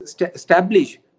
establish